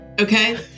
Okay